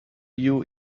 you